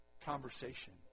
conversation